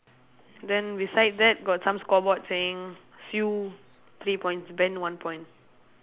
then beside that got some scoreboard saying sue three points ben one point